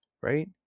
Right